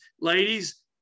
ladies